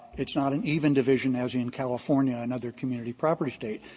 it's not an even division, as in california and other community property state.